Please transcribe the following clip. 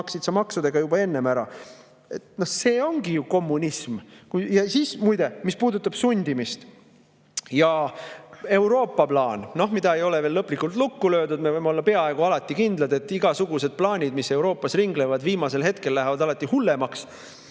maksid sa maksudega juba enne ära. See ongi ju kommunism. Ja muide, mis puudutab sundimist. Euroopa plaan, mida ei ole veel lõplikult lukku löödud – me võime olla peaaegu alati kindlad, et igasugused plaanid, mis Euroopas ringlevad, viimasel hetkel lähevad alati hullemaks